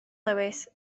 lewis